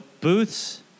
Booth's